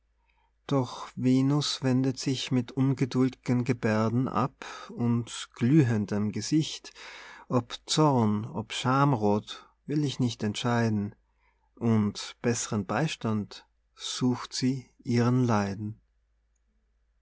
doch venus wendet sich mit ungeduld'gen geberden ab und glühendem gesicht ob zorn ob schamroth will ich nicht entscheiden und bess'ren beistand sucht sie ihren leiden